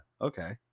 Okay